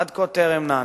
עד כה טרם נעניתי.